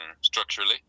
structurally